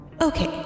Okay